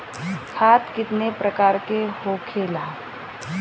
खाद कितने प्रकार के होखेला?